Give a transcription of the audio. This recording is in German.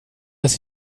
dass